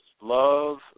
love